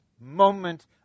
moment